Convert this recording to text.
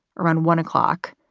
around one o'clock,